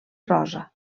rosa